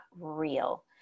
real